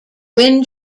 wind